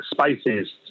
spaces